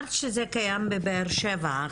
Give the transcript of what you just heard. --- אמרת שזה קיים בבאר שבע.